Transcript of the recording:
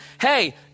hey